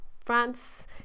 France